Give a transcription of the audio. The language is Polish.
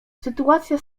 sytuacja